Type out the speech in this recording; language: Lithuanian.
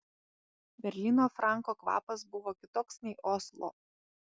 berlyno franko kvapas buvo kitoks nei oslo